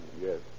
Yes